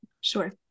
Sure